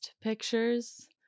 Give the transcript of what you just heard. pictures